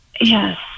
Yes